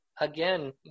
again